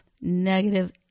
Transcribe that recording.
negative